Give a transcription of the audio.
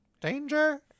danger